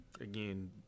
Again